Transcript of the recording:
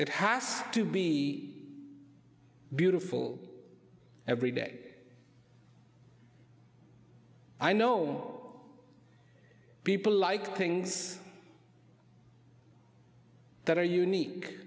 it has to be beautiful every day i know people like things that are unique